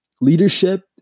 leadership